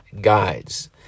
guides